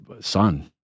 son